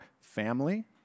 family